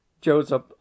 Joseph